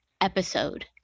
episode